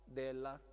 della